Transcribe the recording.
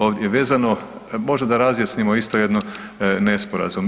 Ovdje vezano, možda da razjasnimo isto jedno nesporazum.